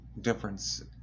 difference